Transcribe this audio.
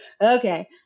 okay